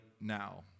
now